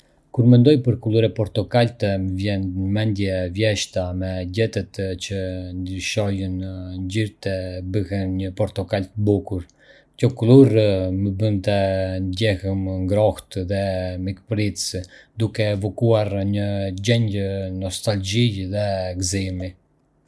Kur mendoj për kulur e portokalltë, më vjen në mendje vjeshta, me gjethet që ndryshojnë ngjyrë dhe bëhen një portokall të bukur. Kjo kulur më bën të ndjehem ngrohtë dhe mikpritës, duke evokuar një ndjenjë nostalgjie dhe gëzimi.